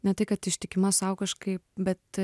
ne tai kad ištikima sau kažkaip bet